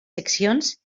seccions